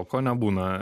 o ko nebūna